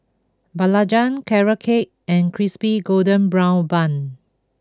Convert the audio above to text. Belacan Carrot Cake and Crispy Golden Brown Bun